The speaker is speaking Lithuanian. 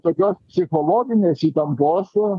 tokios psichologinės įtampos